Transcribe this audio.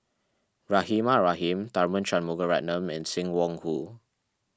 Rahimah Rahim Tharman Shanmugaratnam and Sim Wong Hoo